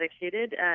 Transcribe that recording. dedicated